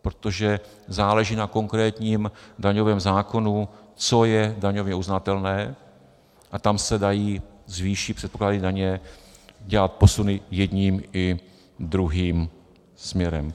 Protože záleží na konkrétním daňovém zákonu, co je daňově uznatelné, a tam se dají s výší předpokládané daně dělat posuny jedním i druhým směrem.